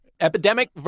Epidemic